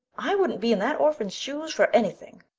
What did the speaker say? i wouldn't be in that orphan's shoes for anything.